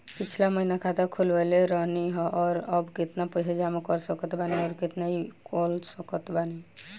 पिछला महीना खाता खोलवैले रहनी ह और अब केतना पैसा जमा कर सकत बानी आउर केतना इ कॉलसकत बानी?